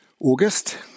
August